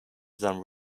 some